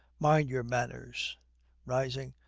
mind your manners rising,